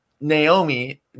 Naomi